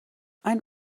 ein